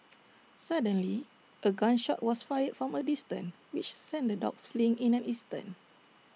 suddenly A gun shot was fired from A distance which sent the dogs fleeing in an instant